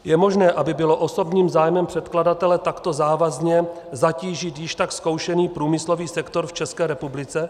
Je možné, aby bylo osobním zájmem předkladatele takto závazně zatížit již tak zkoušený průmyslový sektor v České republice?